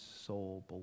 soul